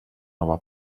nova